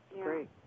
Great